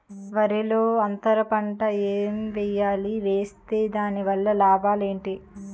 వరిలో అంతర పంట ఎం వేయాలి? వేస్తే దాని వల్ల లాభాలు ఏంటి?